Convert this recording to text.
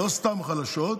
חלשות מאוד, לא סתם חלשות.